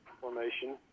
Formation